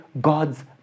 God's